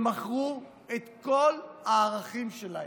הם מכרו את כל הערכים שלהם,